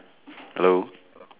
hello